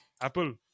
Apple